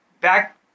back